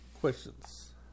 questions